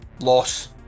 loss